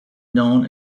known